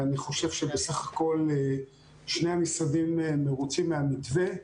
ואני חושב שבסך הכל שני המשרדים מרוצים מהמתווה.